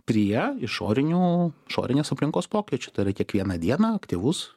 prie išorinių išorinės aplinkos pokyčių tai yra kiekvieną dieną aktyvus